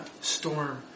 storm